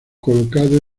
colocado